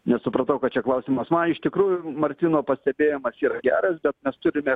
nesupratau ką čia klausimas man iš tikrųjų martyno pastebėjimas yra geras bet mes turime